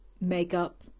makeup